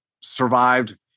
survived